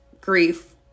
grief